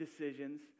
decisions